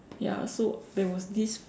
ya so there was this